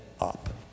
up